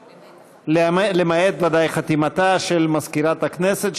למעט חתימתה של מזכירת הכנסת,